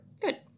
Good